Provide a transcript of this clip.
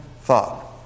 thought